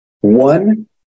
One